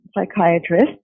psychiatrist